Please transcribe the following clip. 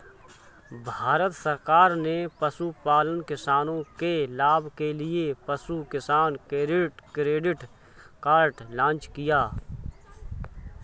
भारत सरकार ने पशुपालन किसानों के लाभ के लिए पशु किसान क्रेडिट कार्ड लॉन्च किया